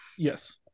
Yes